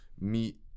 meet